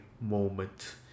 moment